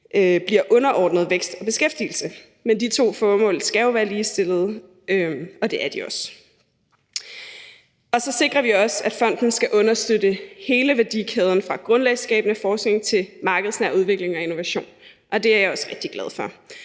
bliver underordnet vækst og beskæftigelse, men de to formål skal jo være ligestillede, og det er de også. Så sikrer vi også, at fonden skal understøtte hele værdikæden fra grundlagsskabende forskning til markedsnær udvikling og innovation, og det er jeg også rigtig glad for,